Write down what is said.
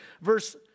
Verse